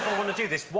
want to do this.